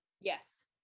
yes